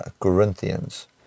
Corinthians